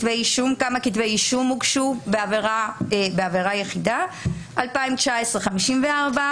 כמה כתבי אישום הוגשו בזה כעבירה יחידה אנחנו רואים ככה: ב-2019 54,